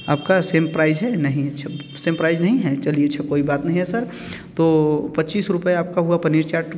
आपका same price है नहीं अच्छा सेम प्राइज नहीं है चलिए अच्छा कोई बात नहीं है सर तो पच्चीस रुपये आपका हुआ पनीर चाट